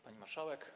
Pani Marszałek!